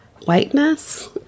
Whiteness